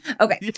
Okay